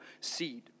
seed